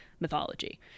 mythology